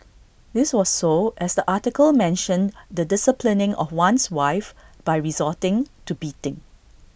this was so as the article mentioned the disciplining of one's wife by resorting to beating